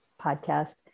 podcast